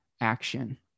action